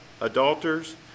adulterers